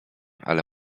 ale